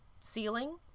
ceiling